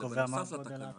אלא בנוסף לתקנה,